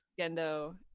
Gendo